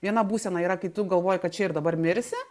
viena būsena yra kai tu galvoji kad čia ir dabar mirsi